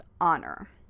honor